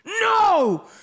No